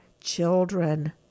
children